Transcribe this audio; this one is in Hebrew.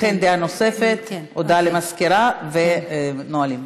לכן דעה נוספת, הודעה למזכירה ונועלים.